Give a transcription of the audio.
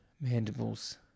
Mandibles